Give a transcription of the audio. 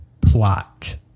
plot